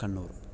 Kannur